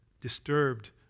disturbed